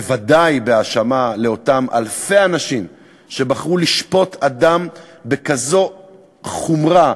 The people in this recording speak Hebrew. בוודאי לא בהאשמה כלפי אותם אלפי אנשים שבחרו לשפוט אדם בכזאת חומרה,